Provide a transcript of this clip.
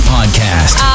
Podcast